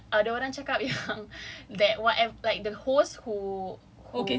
tapi kan ada orang cakap yang like what like the host who